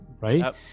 right